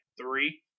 Three